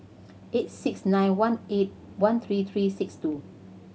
eight six nine one eight one three three six two